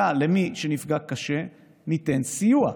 למי שנפגע קשה ניתן סיוע.